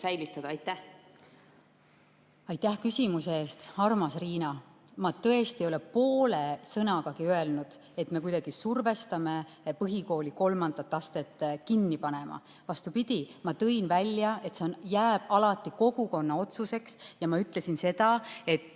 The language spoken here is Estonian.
proovida. Aitäh küsimuse eest! Armas Riina! Ma tõesti ei ole poole sõnagagi öelnud, et me kuidagi survestame põhikooli kolmandat astet kinni panema. Vastupidi, ma tõin välja, et see jääb alati kogukonna otsuseks, ja ma ütlesin,